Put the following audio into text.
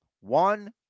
One